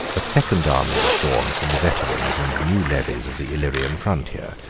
a second army was drawn from the veterans and new levies of the illyrian frontier,